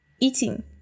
eating